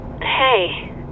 Hey